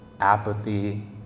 apathy